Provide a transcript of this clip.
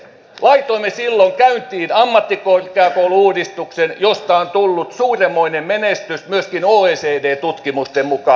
laitoimme silloin käyntiin ammattikorkeakoulu uudistuksen josta on tullut suurenmoinen menestys myöskin oecd tutkimusten mukaan